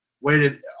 waited